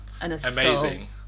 Amazing